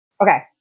Okay